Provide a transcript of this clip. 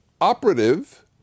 operative